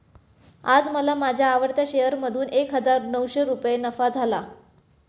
आज मला माझ्या आवडत्या शेअर मधून एक हजार नऊशे रुपये नफा झाला